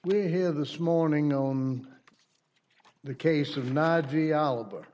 we hear this morning known the case of not g oliver